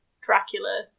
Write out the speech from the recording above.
dracula